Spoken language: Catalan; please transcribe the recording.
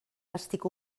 estic